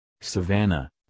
savannah